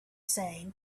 saying